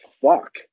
fuck